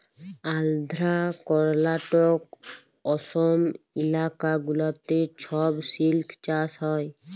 আল্ধ্রা, কর্লাটক, অসম ইলাকা গুলাতে ছব সিল্ক চাষ হ্যয়